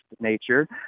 nature